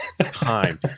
time